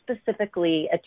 specifically